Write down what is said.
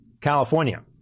California